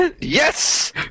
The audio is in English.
Yes